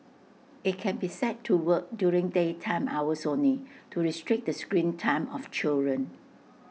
IT can be set to work during daytime hours only to restrict the screen time of children